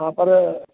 हा पर